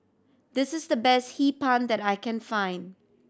this is the best Hee Pan that I can find